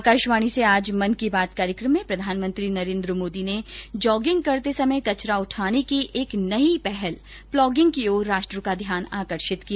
आकाशवाणी से आज मन की बात कार्यक्रम में प्रधानमंत्री नरेन्द्र मोदी ने जॉगिंग करते समय कचरा उठाने की एक नई पहल प्लॉगिंग की ओर राष्ट्र का ध्यान आकर्षित किया